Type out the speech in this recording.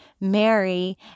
Mary